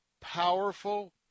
powerful